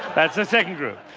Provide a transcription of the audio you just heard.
that's the second group.